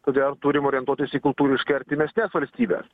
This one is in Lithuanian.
todėl turim orientuotis į kultūriškai artimesnes valstybes